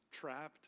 trapped